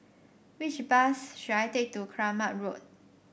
which bus should I take to Kramat Road